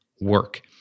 work